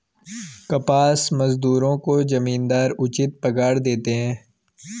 कपास मजदूरों को जमींदार उचित पगार देते हैं